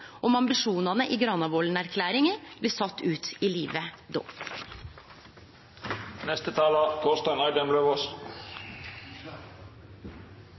om ambisjonane i Granavolden-plattforma blir sette ut i livet